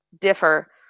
differ